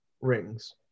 rings